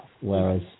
whereas